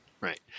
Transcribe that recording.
Right